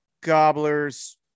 gobblers